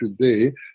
today